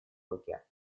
руке